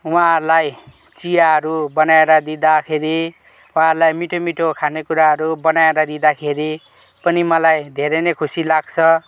उहाँहरूलाई चियाहरू बनाएर दिदाँखेरि उहाँहरूलाई मिठो मिठो खानेकुराहरू बनाएर दिदाँखेरि पनि मलाई धेरै नै खुसी लाग्छ